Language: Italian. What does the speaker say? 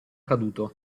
caduto